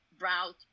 route